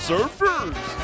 Surfers